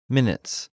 Minutes